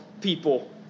people